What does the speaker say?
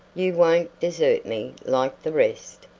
you won't desert me like the rest?